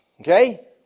Okay